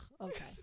okay